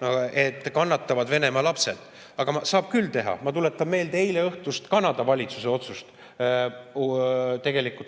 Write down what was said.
sest kannatavad Venemaa lapsed. Aga saab küll teha. Ma tuletan meelde eileõhtust Kanada valitsuse otsust